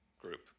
group